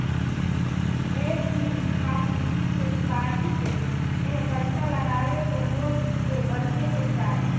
ढेर दिन खातिर फिक्स डिपाजिट में पईसा लगावे से लोग के बचे के चाही